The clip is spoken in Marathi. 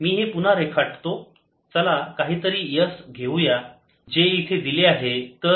मी हे पुन्हा रेखाटतो चला काहीतरी S घेऊया जे इथे दिले आहे